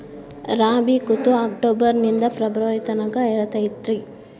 ರಾಬಿ ಋತು ಅಕ್ಟೋಬರ್ ನಿಂದ ಫೆಬ್ರುವರಿ ತನಕ ಇರತೈತ್ರಿ